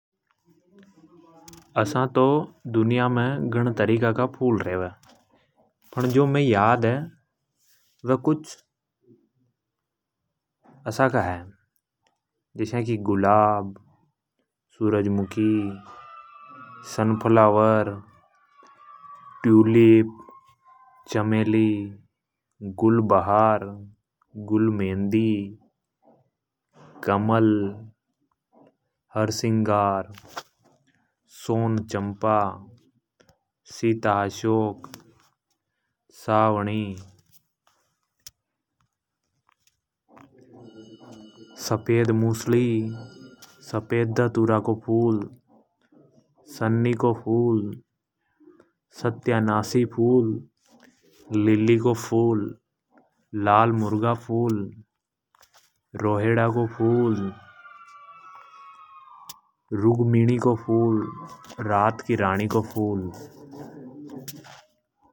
असा तो दुनिया मे घणा तरीका का फूल रेवे। फण जो मैं याद है। वे कुछ असा का है। जस्या की गुलाब, सूरजमुखी सनफलावर, टुलीप चमेली, गुलबहार, गुलमहनदि, कमल, हरसिंगार, सोनचम्पा, सीताअशोक, सावणी सफेदमुसलि सफेद धतूरा को फूल सन्नी को फूल, सत्यानाशी फूल,। लिलि को फूल लालमुर्गा फूल, रोहिढा को फूल, रुग्मिनी को फूल, रात की रानी को फूल।